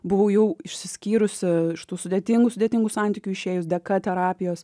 buvau jau išsiskyrusi iš tų sudėtingų sudėtingų santykių išėjus dėka terapijos